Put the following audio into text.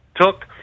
Took